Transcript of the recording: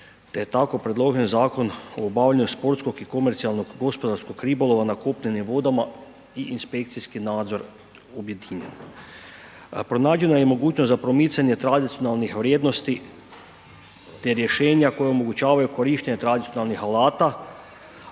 te je tako predložen Zakon o obavljaju sportskog i komercijalnog gospodarskog ribolova nakupljenim vodama i inspekcijski nadzor objedinjen. Pronađena je i mogućnost za promicanje tradicionalnih vrijednosti te rješenja koja omogućavaju korištenje tradicionalnih alata